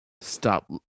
Stop